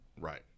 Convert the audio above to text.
Right